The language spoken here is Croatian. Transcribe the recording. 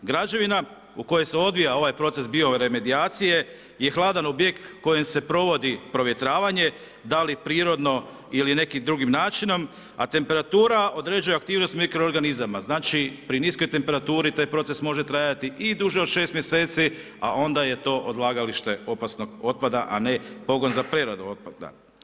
Građevina u kojoj se odvija ovaj proces bioremedijacije je hladan objekt kojim se provodi provjetravanje da li prirodno ili nekim drugim načinom a temperatura određuje aktivnost mikroorganizama, znači pri niskoj temperaturi taj proces može trajati i duže od 6 mjeseci a onda je to odlagalište opasnog otpada a ne pogon za preradu otpada.